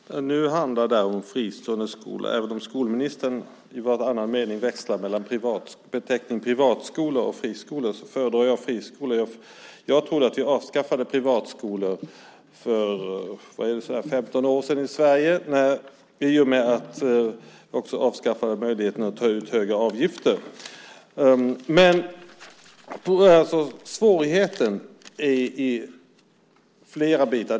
Herr talman! Nu handlar detta om fristående skolor. Även om skolministern i var och varannan mening växlar mellan benämningen privatskola och friskola föredrar jag benämningen friskola. Jag trodde att vi i Sverige avskaffade privatskolorna för omkring 15 år sedan i och med att vi också avskaffade möjligheten att ta ut höga avgifter. Svårigheten består av flera delar.